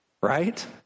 right